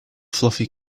fluffy